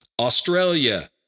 Australia